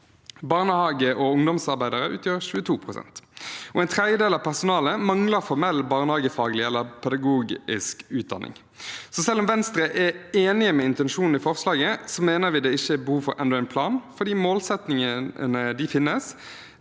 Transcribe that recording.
Barnehage- og ungdomsarbeidere utgjør 22 pst. En tredjedel av personalet mangler formell barnehagefaglig eller pedagogisk utdanning. Selv om Venstre er enig med intensjonen i forslaget, mener vi det ikke er behov for enda en plan, for målsettingene finnes.